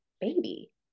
baby